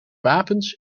wapens